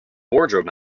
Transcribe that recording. wardrobe